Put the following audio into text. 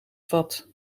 vat